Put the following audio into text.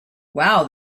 wow